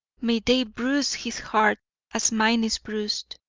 may they bruise his heart as mine is bruised,